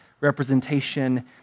representation